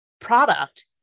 product